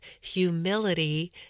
humility